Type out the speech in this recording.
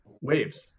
waves